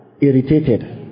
irritated